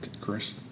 Chris